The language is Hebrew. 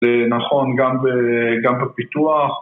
זה נכון גם ב, גם בפיתוח